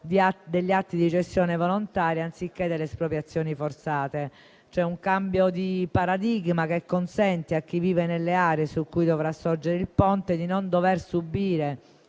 degli atti di gestione volontaria anziché delle espropriazioni forzate. C'è un cambio di paradigma che consente a chi vive nelle aree su cui dovrà sorgere il Ponte di non dover subire